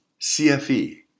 CFE